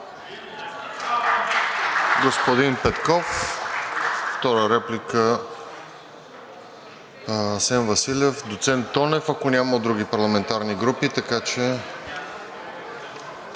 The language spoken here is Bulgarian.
Господин Петков, втора реплика – Асен Василев, доцент Тонев, ако няма от други парламентарни групи.